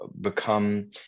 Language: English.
become